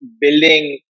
Building